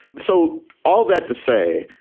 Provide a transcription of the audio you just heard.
so all that to say,